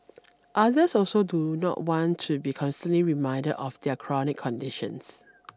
others also do not want to be constantly reminded of their chronic conditions